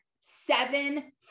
seven